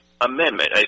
amendment